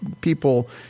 people